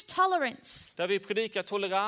tolerance